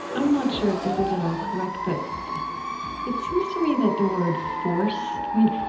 i'm not sure if this is at all correct, but it seems to me that the word force i mean,